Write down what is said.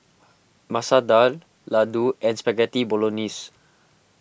Masoor Dal Ladoo and Spaghetti Bolognese